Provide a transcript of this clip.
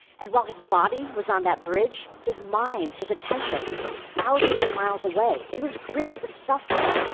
and while his body was on that bridge, his mind, his attention, was thousands of miles away. he was gripped with suffering.